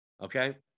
Okay